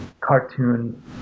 cartoon